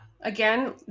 again